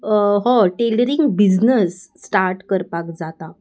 हो tailoring business start करपाक जाता